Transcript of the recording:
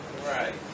Right